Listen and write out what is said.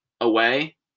away